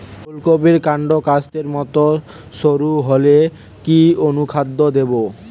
ফুলকপির কান্ড কাস্তের মত সরু হলে কি অনুখাদ্য দেবো?